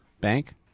Bank